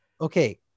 Okay